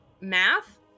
Math